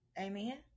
amen